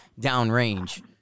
downrange